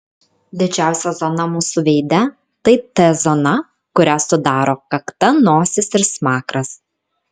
didžiausia zona mūsų veide tai t zona kurią sudaro kakta nosis ir smakras